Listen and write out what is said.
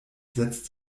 setzt